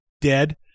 dead